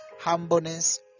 humbleness